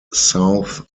south